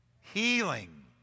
Healing